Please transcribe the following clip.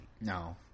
No